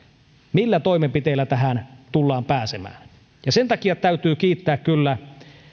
millä toimenpiteillä tähän tullaan pääsemään sen takia täytyy kiittää kyllä